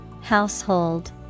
Household